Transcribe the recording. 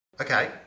Okay